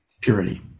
purity